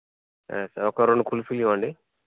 yes ఒక రెండు కుల్ఫీలివ్వండి